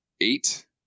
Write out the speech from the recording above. eight